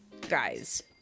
Guys